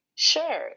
Sure